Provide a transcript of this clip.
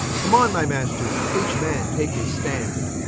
come on my masters, each man take his stand,